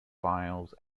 files